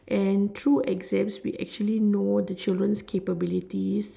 and through exams we actually know the children's capabilities